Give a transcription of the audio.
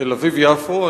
תל-אביב יפו,